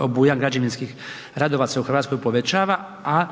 obujam građevinskih radova se u RH povećava, a